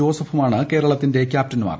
ജോസഫുമാണ് കേരളത്തിന്റെ ക്യാപ്റ്റൻമാർ